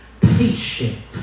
patient